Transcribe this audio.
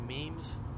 memes